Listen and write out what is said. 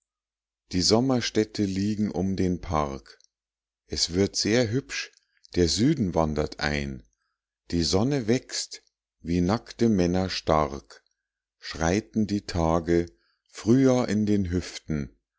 die sommerstädte liegen um den park es wird sehr hübsch der süden wandert ein die sonne wächst wie nackte männer stark schreiten die tage frühjahr in den hüften